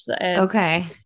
Okay